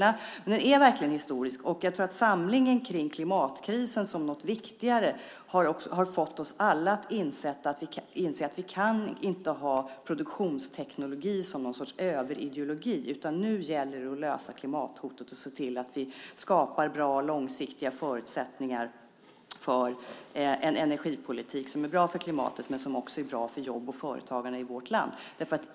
Överenskommelsen är verkligen historisk. Jag tror att samlingen runt klimatkrisen som något viktigare har fått oss alla att inse att vi inte kan ha produktionsteknik som något slags överideologi. Nu gäller det att lösa klimathotet och se till att vi skapar bra och långsiktiga förutsättningar för en energipolitik som är bra för klimatet och bra för jobb och företagande i vårt land.